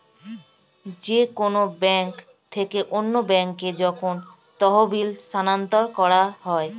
যে কোন ব্যাংক থেকে অন্য ব্যাংকে যখন তহবিল স্থানান্তর করা হয়